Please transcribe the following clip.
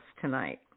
tonight